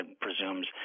presumes